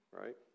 right